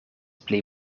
pli